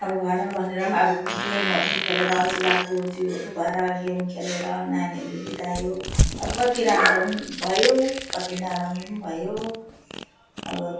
अब घरमा बसेर पनि अब गेमहरू खेलेर अल्छीलाग्दो जिउहरू भएर गेम खेलेर नानीहरूले बितायो अब कति राम्रो पनि भयो कति नराम्रो पनि भयो अब